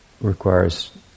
requires